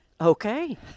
Okay